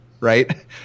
right